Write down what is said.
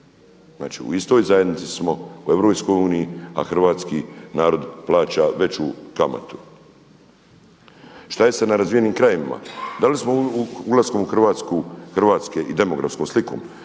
Znači, u istoj zajednici smo, u EU a hrvatski narod plaća veću kamatu. Šta je sa nerazvijenim krajevima? Da li smo ulaskom Hrvatske i demografskom slikom,